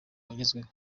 bagezweho